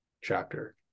chapter